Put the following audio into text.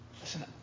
Listen